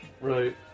Right